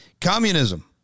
Communism